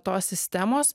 tos sistemos